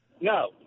No